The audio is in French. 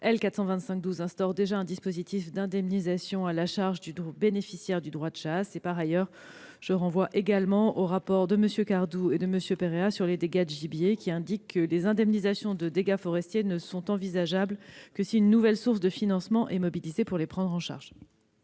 instaure déjà un dispositif d'indemnisation à la charge du bénéficiaire du droit de chasse. Par ailleurs, je renvoie également au rapport de MM. Cardoux et Perea sur les dégâts de grand gibier, qui précise que les indemnisations des dégâts forestiers ne sont envisageables qu'en cas de nouvelle source de financement dédiée. La parole est à M.